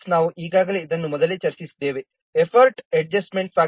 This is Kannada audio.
EAF ನಾವು ಈಗಾಗಲೇ ಇದನ್ನು ಮೊದಲೇ ಚರ್ಚಿಸಿದ್ದೇವೆ ಎಫರ್ಟ್ ಅಡ್ಜಸ್ಟ್ಮೆಂಟ್ ಫ್ಯಾಕ್ಟರ್ 1